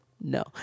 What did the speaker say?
No